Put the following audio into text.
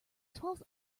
twelfth